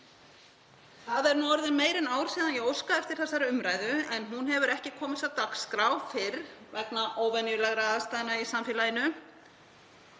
Það er nú orðið meira en ár síðan ég óskaði eftir þessari umræðu en hún hefur ekki komist á dagskrá fyrr vegna óvenjulegra aðstæðna í samfélaginu.